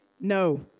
No